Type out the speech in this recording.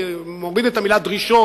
אני מוריד את המלה "דרישות",